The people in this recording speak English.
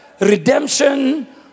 redemption